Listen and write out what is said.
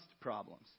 problems